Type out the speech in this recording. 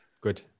Good